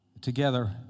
together